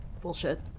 Bullshit